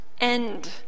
end